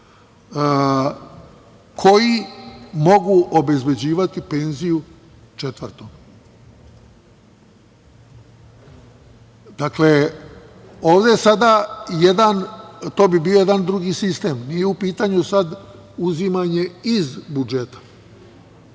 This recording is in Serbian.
koji mogu obezbeđivati penziju četvrtom. Dakle, ovde je sada jedan, to bi bio jedan drugi sistem. Nije u pitanju sada uzimanje iz budžeta,